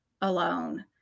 alone